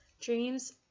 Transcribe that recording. dreams